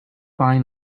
buying